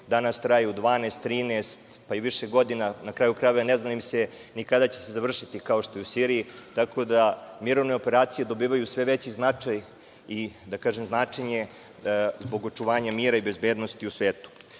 danas traju 12, 13, pa i više godina, na kraju krajeva, ne zna im se ni kada će se završiti, kao što je u Siriji, tako da, mirovne operacije dobijaju sve veći značaj i da kažem, značenje zbog očuvanja mira i bezbednosti u